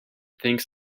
thinks